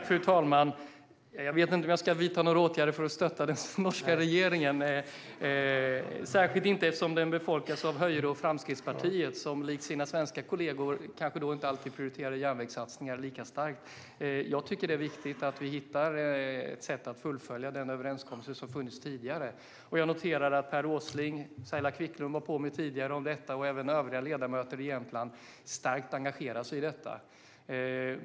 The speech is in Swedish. Fru talman! Jag vet inte om jag ska vidta några åtgärder för att stötta den norska regeringen, särskilt inte eftersom den består av Høyre och Fremskrittspartiet, som likt sina svenska kollegor kanske inte alltid prioriterar järnvägssatsningar. Jag tycker att det är viktigt att vi hittar ett sätt att fullfölja den överenskommelse som har funnits tidigare. Jag noterar att Per Åsling, Saila Quicklund, som var på mig om detta tidigare, och övriga ledamöter i Jämtland är starkt engagerade i detta.